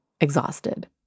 exhausted